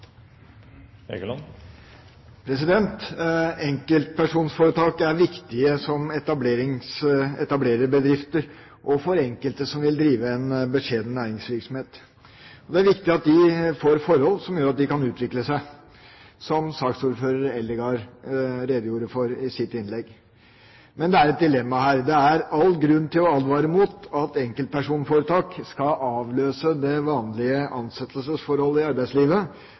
viktige som etablererbedrifter – og for enkelte som vil drive en beskjeden næringsvirksomhet. Og det er viktig at de får forhold som gjør at de kan utvikle seg, som saksordføreren Eldegard redegjorde for i sitt innlegg. Men det er et dilemma her. Det er all grunn til å advare mot at enkeltpersonforetak skal avløse det vanlige ansettelsesforholdet i arbeidslivet